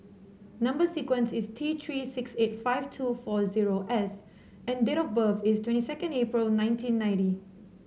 number sequence is T Three six eight five two four zero S and date of birth is twenty second April nineteen ninety